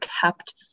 kept